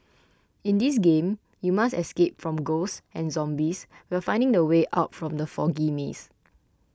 in this game you must escape from ghosts and zombies while finding the way out from the foggy maze